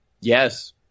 Yes